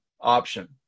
option